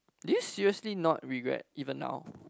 do you seriously not regret even now